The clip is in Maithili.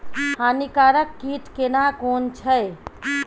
हानिकारक कीट केना कोन छै?